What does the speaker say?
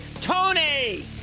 Tony